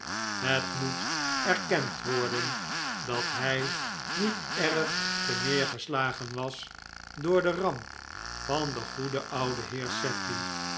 het moet erkend worden dat hij niet erg terneergeslagen was door de ramp van den goeden ouden heer